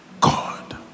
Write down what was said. God